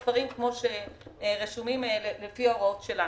על סדר-היום: אי קבלת מענקים בשל פסילת